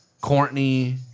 Courtney